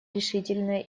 решительная